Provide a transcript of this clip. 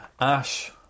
Ash